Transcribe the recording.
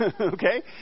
Okay